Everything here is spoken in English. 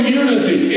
unity